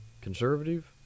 conservative